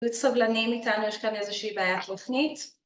‫סבלנים איתנו, ‫יש כאן איזושהי בעיה טכנית.